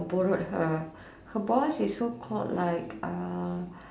borrowed her her boss is so called like uh